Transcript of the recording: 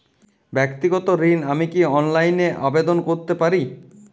ব্যাক্তিগত ঋণ আমি কি অনলাইন এ আবেদন করতে পারি?